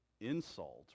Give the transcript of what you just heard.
insult